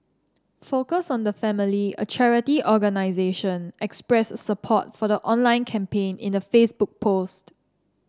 focus on the family a charity organisation express support for the online campaign in a Facebook post